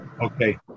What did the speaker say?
Okay